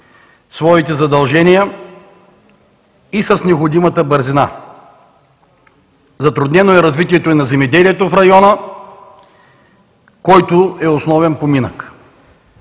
своите задължения, с необходимата бързина. Затруднено е развитието на земеделието в района, което е основен поминък.